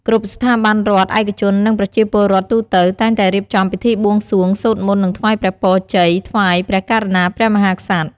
គ្រប់ ស្ថាប័នរដ្ឋ ឯកជន និង ប្រជាពលរដ្ឋទូទៅ តែងតែរៀបចំ ពិធីបួងសួង សូត្រមន្ត និង ថ្វាយព្រះពរជ័យ ថ្វាយ ព្រះករុណាព្រះមហាក្សត្រ។